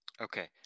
Okay